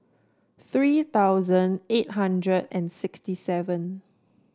three thousand eight hundred and sixty seven